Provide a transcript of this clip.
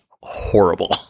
horrible